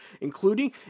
including